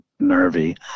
nervy